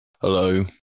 Hello